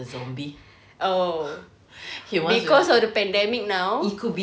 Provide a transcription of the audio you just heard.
oh because of the pandemic now